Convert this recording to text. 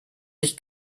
sich